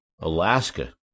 Alaska